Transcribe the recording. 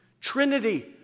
Trinity